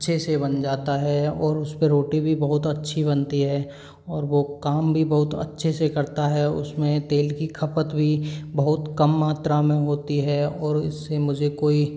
अच्छे से बन जाता है और उस पे रोटी भी बहुत अच्छी बनती है और वो काम भी बहुत अच्छे से करता है उसमें तेल की खपत भी बहुत कम मात्रा में होती है और उस से मुझे कोई